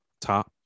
top